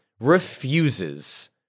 refuses